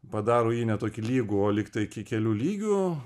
padaro jį ne tokį lygų o lygtai iki kelių lygių